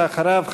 ואחריו,